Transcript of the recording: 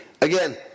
Again